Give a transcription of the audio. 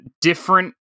different